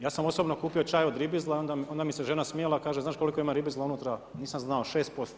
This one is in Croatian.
Ja sam osobno kupio čaj od ribizla i onda mi se žena smijala znaš koliko ima ribizla unutra, nisam znao 6%